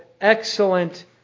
excellent